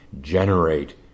generate